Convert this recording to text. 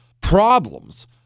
problems